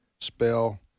spell